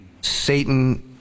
Satan